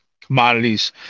commodities